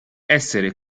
essere